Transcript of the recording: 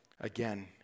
again